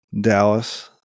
Dallas